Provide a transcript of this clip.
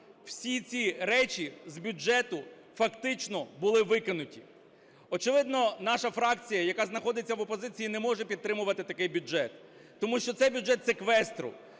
Всі ці речі з бюджету фактично були викинуті. Очевидно, наша фракція, яка знаходиться в опозиції, не може підтримувати такий бюджет. Тому що це бюджет секвестру.